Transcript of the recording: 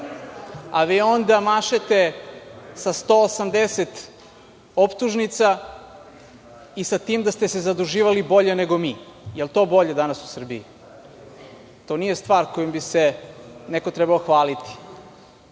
vi mašete sa 180 optužnica i sa time da ste se zaduživali bolje nego mi. Da li je to bolje danas u Srbiji? To nije stvar kojom bi se neko trebao hvaliti.